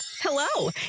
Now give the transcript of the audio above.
hello